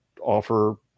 offer